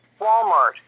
Walmart